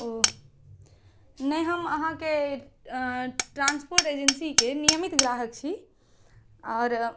ओ नहि हम अहाँके ऐं ट्रांसपोर्ट एजेन्सीके नियमित ग्राहक छी आर